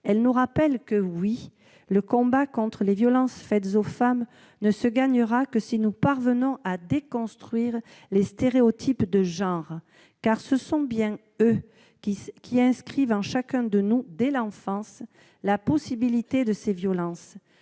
elle nous rappelle que le combat contre les violences faites aux femmes ne se gagnera que si nous parvenons à déconstruire les stéréotypes de genre, car ce sont bien eux qui inscrivent en chacun de nous, dès l'enfance, la possibilité de ces violences.